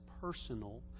personal